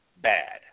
Bad